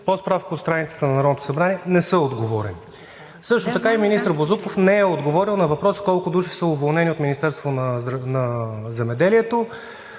по справка от страницата на Народното събрание, не е отговорено. Също така и министър Бозуков не е отговорил на въпрос: колко души са уволнени от Министерството на земеделието